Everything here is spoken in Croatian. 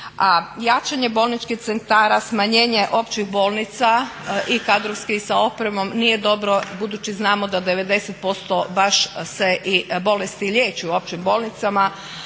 jačanje bolničkih centara, smanjenje općih bolnica i kadrovski i sa opremom nije dobro budući znamo da 90% baš se i bolesti liječi u općim bolnicama,